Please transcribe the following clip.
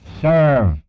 serve